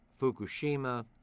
Fukushima